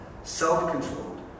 Self-controlled